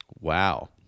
wow